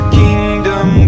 kingdom